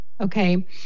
Okay